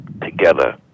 together